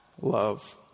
love